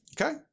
Okay